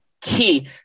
key